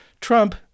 Trump